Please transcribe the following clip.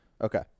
Okay